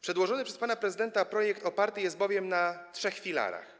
Przedłożony przez pana prezydenta projekt oparty jest bowiem na trzech filarach,